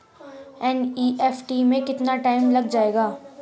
NEFT में कितना time लग जाएगा?